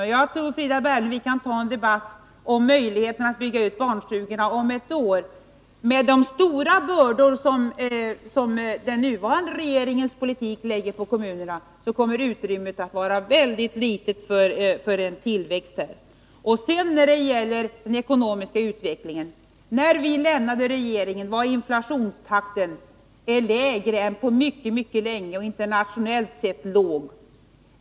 Jag tror att Frida Berglund och jag kan få ett bättre underlag för en debatt om möjligheterna att bygga ut barnomsorgen, om vi för den om ett år. Men med de stora bördor som den nuvarande regeringen med sin politik lägger på kommunerna kommer utrymmet för en tillväxt att vara väldigt litet. Beträffande den ekonomiska utvecklingen vill jag säga att när vi lämnade regeringen var inflationstakten lägre än på mycket länge, och internationellt sett var den låg.